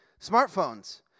Smartphones